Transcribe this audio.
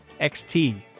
XT